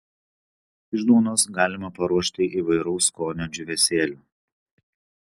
iš duonos galima paruošti įvairaus skonio džiūvėsėlių